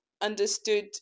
understood